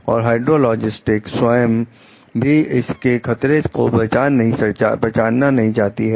और हाइड्रोलॉजिस्ट स्वयं भी इसके खतरे को पहचानना नहीं चाहती हैं